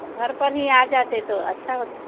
तो घर पर ही आ जाते तो अच्छा होता